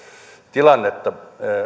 tilannetta